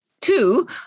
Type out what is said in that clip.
Two